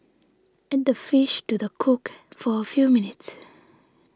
add the fish to the cook for a few minutes